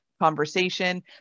Conversation